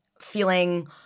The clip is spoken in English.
feeling